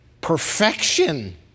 perfection